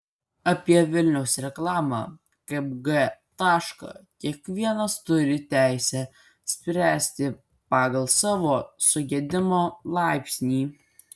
apie vilniaus reklamą kaip g tašką kiekvienas turi teisę spręsti pagal savo sugedimo laipsnį